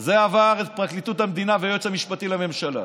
זה עבר את פרקליטות המדינה ואת היועץ המשפטי לממשלה.